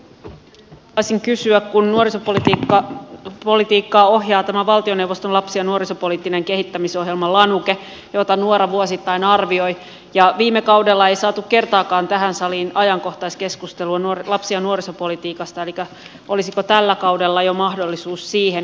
nuorisoministeriltä haluaisin kysyä kun nuorisopolitiikkaa ohjaa tämä valtioneuvoston lapsi ja nuorisopoliittinen kehittämisohjelma lanuke jota nuora vuosittain arvioi ja viime kaudella ei saatu kertaakaan tähän saliin ajankohtaiskeskustelua lapsi ja nuorisopolitiikasta olisiko tällä kaudella jo mahdollisuus siihen